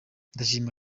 ndashima